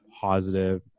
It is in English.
positive